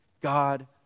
God